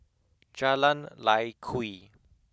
Jalan Lye Kwee